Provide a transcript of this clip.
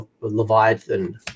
Leviathan